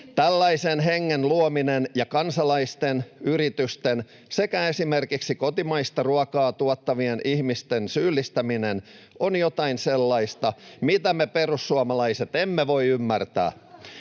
Tällaisen hengen luominen ja kansalaisten, yritysten sekä esimerkiksi kotimaista ruokaa tuottavien ihmisten syyllistäminen ovat jotain sellaista, mitä me perussuomalaiset emme voi ymmärtää.